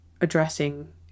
addressing